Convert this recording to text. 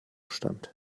stammt